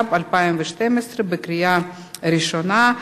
התשע"ב 2012, לקריאה ראשונה.